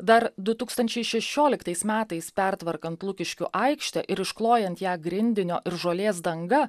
dar du tūkstančiai šešioliktais metais pertvarkant lukiškių aikštę ir išklojant ją grindinio ir žolės danga